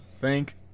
Thank